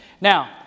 now